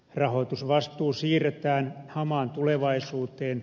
rahoitusvastuu siirretään hamaan tulevaisuuteen